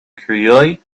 create